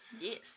Yes